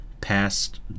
past